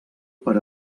per